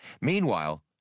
Meanwhile